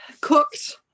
cooked